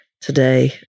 today